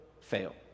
fail